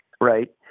right